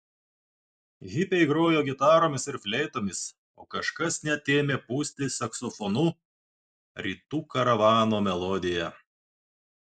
hipiai grojo gitaromis ir fleitomis o kažkas net ėmė pūsti saksofonu rytų karavano melodiją